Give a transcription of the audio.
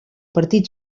partit